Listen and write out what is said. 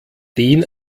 den